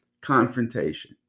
confrontation